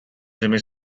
jimmy